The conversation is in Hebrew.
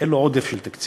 אין לו עודף של תקציב.